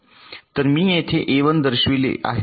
तर मी येथे ए 1 दर्शविले आहे